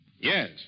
Yes